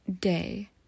day